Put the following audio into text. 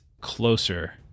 closer